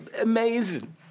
amazing